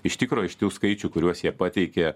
iš tikro aiškių skaičių kuriuos jie pateikė